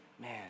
man